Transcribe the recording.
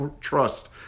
trust